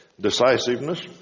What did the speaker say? decisiveness